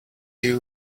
you